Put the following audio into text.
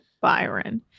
Byron